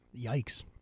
yikes